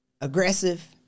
Aggressive